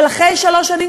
אבל אחרי שלוש שנים,